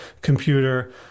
computer